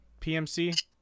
PMC